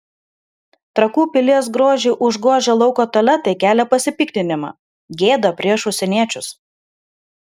trakų pilies grožį užgožę lauko tualetai kelia pasipiktinimą gėda prieš užsieniečius